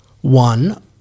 one